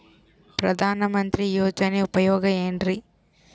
ಪ್ರಧಾನಮಂತ್ರಿ ಯೋಜನೆ ಉಪಯೋಗ ಏನ್ರೀ?